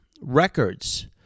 Records